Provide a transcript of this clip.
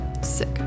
Sick